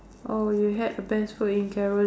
oh you had best food in carou~